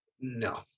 No